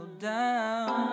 Down